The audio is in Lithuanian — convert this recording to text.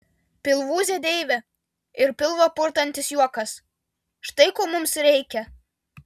pilvūzė deivė ir pilvą purtantis juokas štai ko mums reikia